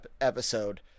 episode